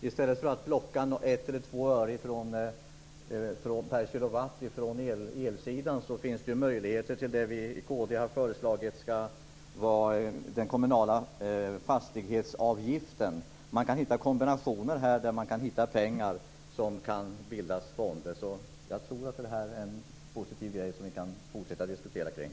I stället för att plocka ett eller två öre per kWh från elsidan finns det ju möjligheter till det vi från kd har föreslagit skall vara den kommunala fastighetsavgiften. Man kan hitta kombinationer här där man kan hitta pengar som kan bilda fonder, så jag tror att det här är en positiv sak som vi kan fortsätta diskutera kring.